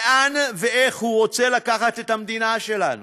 לאן ואיך הוא רוצה לקחת את המדינה שלנו.